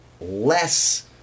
less